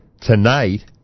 tonight